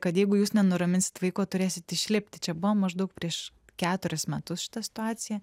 kad jeigu jūs nenuraminsit vaiko turėsit išlipti čia buvo maždaug prieš keturis metus šita situacija